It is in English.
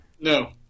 No